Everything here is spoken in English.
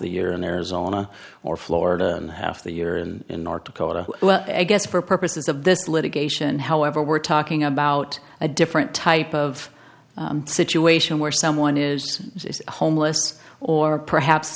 the year in arizona or florida and half the year in north dakota well i guess for purposes of this litigation however we're talking about a different type of situation where someone is homeless or perhaps